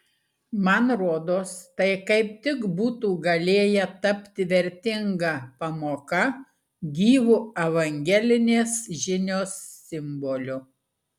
man rodos tai kaip tik būtų galėję tapti vertinga pamoka gyvu evangelinės žinios simboliu